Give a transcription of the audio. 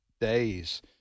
days